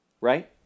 right